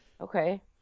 Okay